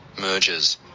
mergers